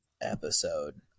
episode